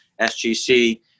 SGC